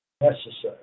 necessary